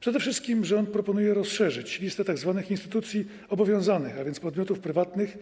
Przede wszystkim rząd proponuje rozszerzyć listę tzw. instytucji obowiązanych, a więc podmiotów prywatnych,